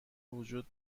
وجود